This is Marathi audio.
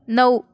नऊ